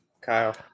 Kyle